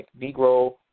negro